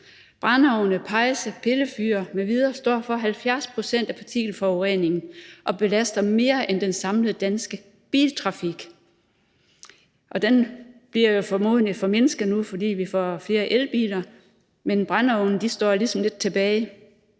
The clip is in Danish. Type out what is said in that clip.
Brændeovne, pejse, pillefyr m.v. står for 70 pct. af partikelforureningen og belaster mere end den samlede danske biltrafik, og forureningen derfra bliver formodentlig formindsket nu, fordi vi får flere elbiler, men brændeovne står ligesom lidt tilbage.